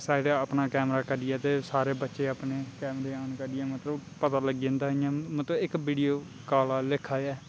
सारे अपना कैमरा कड्ढियै ते सारे बच्चे अपने कैमरे आन करियै मतलब पता लग्गी जंदा इ'यां मतलब इक वीडियो काल आह्ला लेखा गै ऐ